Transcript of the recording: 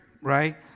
right